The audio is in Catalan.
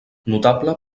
notable